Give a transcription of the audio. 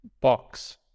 Box